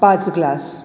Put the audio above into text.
पाच ग्लास